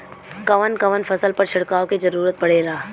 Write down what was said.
कवन कवन फसल पर छिड़काव के जरूरत पड़ेला?